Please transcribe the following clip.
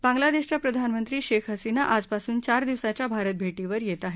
बांग्लादेशाच्या प्रधानमंत्री शेख हसीना आजपासून चार दिवसांच्या भारत भेटीवर येत आहेत